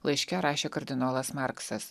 laiške rašė kardinolas marksas